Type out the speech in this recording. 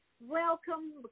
Welcome